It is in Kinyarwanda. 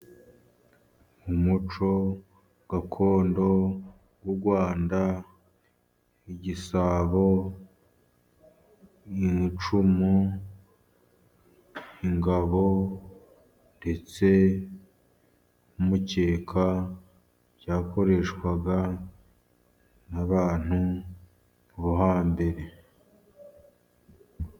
Umuco gakondo w'u Rwanda, igisabo, icumu, ingabo ndetse n'imikeka byakoreshwaga n'abantu bo hambere